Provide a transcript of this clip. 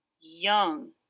young